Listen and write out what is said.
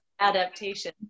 Adaptation